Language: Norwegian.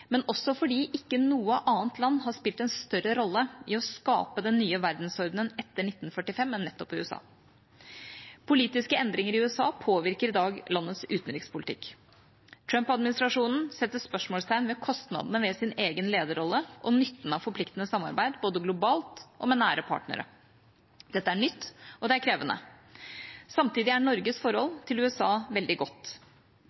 men også fordi ikke noe annet land har spilt en større rolle i å skape den nye verdensordenen etter 1945 enn nettopp USA. Politiske endringer i USA påvirker i dag landets utenrikspolitikk. Trump-administrasjonen setter spørsmålstegn ved kostnadene ved sin egen lederrolle og nytten av forpliktende samarbeid, både globalt og med nære partnere. Dette er nytt, og det er krevende. Samtidig er Norges